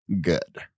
good